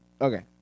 okay